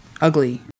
ugly